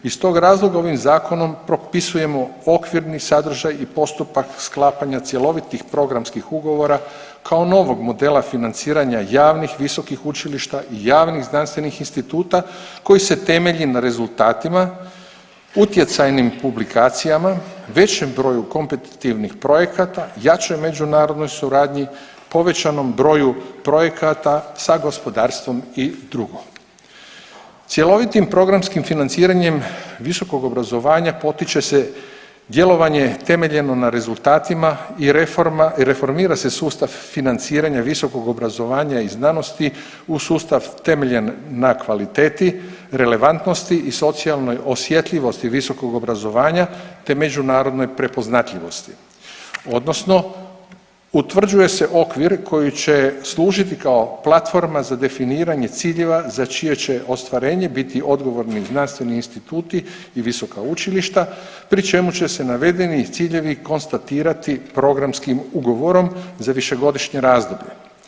Iz tog razloga ovih Zakonom propisujemo okvirni sadržaj i postupak sklapanja cjelovitih programskih ugovora kao novog modela financiranja javnih visokih učilišta i javnih znanstvenih instituta koji se temelji na rezultatima, utjecajnim publikacijama, većem broju kompetitivnih projekata, jačoj međunarodnoj suradnji, povećanom broju projekata sa gospodarstvom i dr. Cjelovitim programskim financiranjem visokog obrazovanja potiče se djelovanje temeljeno na rezultatima i reformira se sustav financiranja visokog obrazovanja i znanosti u sustav temeljen na kvaliteti relevantnosti i socijalnoj osjetljivosti visokog obrazovanja te međunarodnoj prepoznatljivosti odnosno utvrđuje se okvir koji će služiti kao platforma za definiranje ciljeva za čije će ostvarenje biti odgovorni znanstveni instituti i visoka učilišta pri čemu će se navedeni ciljevi konstatirati programskim ugovorom za višegodišnje razdoblje.